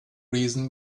reason